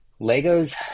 Legos